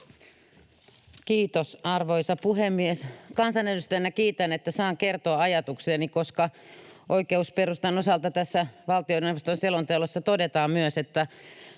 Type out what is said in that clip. Kiitos, arvoisa puhemies! Kansanedustajana kiitän, että saan kertoa ajatuksiani, koska oikeusperustan osalta tässä valtioneuvoston selonteossa todetaan myös, että